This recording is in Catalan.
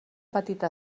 petita